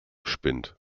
spinnt